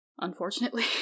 unfortunately